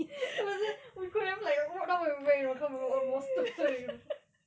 lepas tu we could have like walk down almost tour you know